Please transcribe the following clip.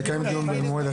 נקיים דיון במועד אחר.